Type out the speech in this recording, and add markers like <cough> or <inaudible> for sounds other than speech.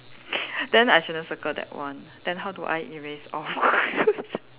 <noise> then I shouldn't circle that one then how do I erase off <laughs>